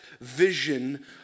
vision